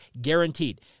Guaranteed